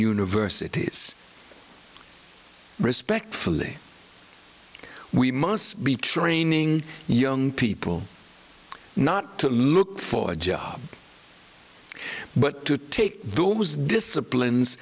universities respectfully we must be training young people not to look for a job but to take those disciplines